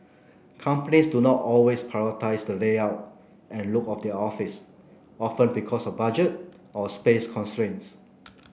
companies do not always prioritise the layout and look of their office often because of budget or space constraints